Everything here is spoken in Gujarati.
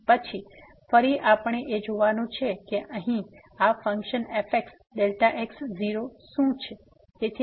અને પછી ફરી આપણે એ જોવાનું છે કે અહીં આ ફંક્શન fxΔx0 શું છે